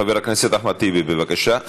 חבר הכנסת אחמד טיבי, בבקשה.